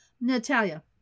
Natalia